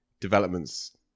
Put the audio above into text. developments